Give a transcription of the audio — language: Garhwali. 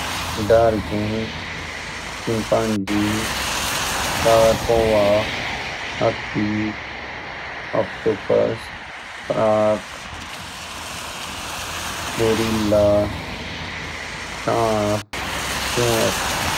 डॉल्फ़िन चिम्पांजी काला कौआ हाथी ऑक्टोपस गोरिल्ला साँप सूअर